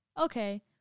okay